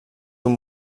d’un